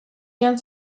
joan